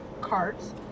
cards